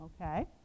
Okay